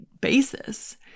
basis